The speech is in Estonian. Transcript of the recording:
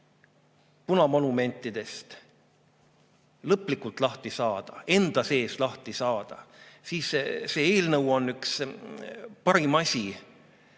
punamonumentidest lõplikult lahti saada, enda sees lahti saada, siis see eelnõu on üks parimaid